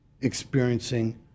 experiencing